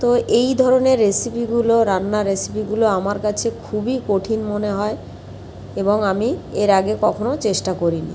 তো এই ধরনের রেসিপিগুলো রান্নার রেসিপিগুলো আমার কাছে খুবই কঠিন মনে হয় এবং আমি এর আগে কখনো চেষ্টা করিনি